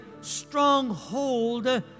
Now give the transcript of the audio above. stronghold